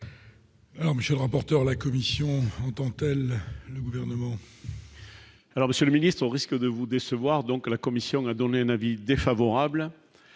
Alors Monsieur rapporteur La Commission entend-elle du gouvernement. Alors Monsieur le ministre, au risque de vous décevoir, donc, la commission de la donner un avis défavorable